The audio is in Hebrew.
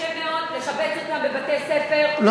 פה טענה שהיה קשה מאוד לשבץ אותם בבתי-ספר תיכוניים,